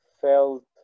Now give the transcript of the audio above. felt